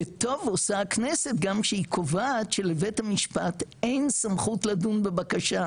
וטוב עושה הכנסת גם כשהיא קובעת שלבית המשפט אין סמכות לדון בבקשה,